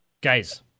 Guys